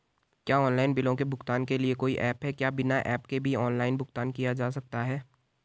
क्या ऑनलाइन बिलों के भुगतान के लिए कोई ऐप है क्या बिना ऐप के भी ऑनलाइन भुगतान किया जा सकता है?